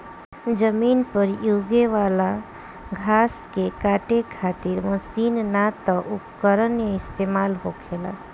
जमीन पर यूगे वाला घास के काटे खातिर मशीन ना त उपकरण इस्तेमाल होखेला